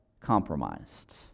compromised